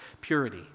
purity